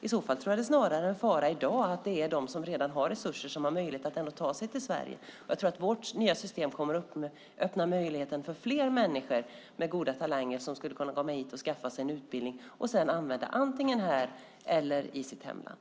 I så fall tror jag att det snarare är en fara i dag för att det är de som redan har resurser som har möjlighet att ta sig till Sverige. Jag tror att vårt nya system kommer att öppna möjligheten för fler människor med goda talanger att komma hit och skaffa sig en utbildning att sedan använda antingen här eller i sitt hemland.